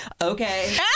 Okay